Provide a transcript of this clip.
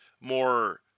more